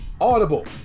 Audible